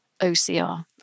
OCR